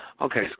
Okay